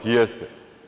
Jeste.